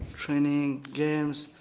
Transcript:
training, games,